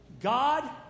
God